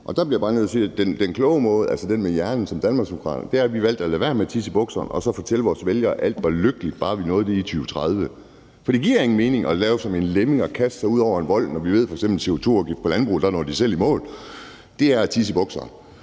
og der bliver jeg bare nødt til at sige, at den kloge måde, altså den med hjernen, som Danmarksdemokraterne har valgt, er, at vi har valgt at lade være med at tisse i bukserne og så fortælle vores vælgere, at alt var lykkeligt, bare vi nåede det i 2030. For det giver ingen mening, at man gør som en lemming og kaster sig ud over en vold, når vi f.eks. ved, at de, hvad angår en CO2-afgift på landbruget, selv når i mål. For det er som at tisse